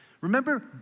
Remember